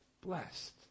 blessed